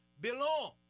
belong